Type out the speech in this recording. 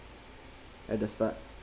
at the start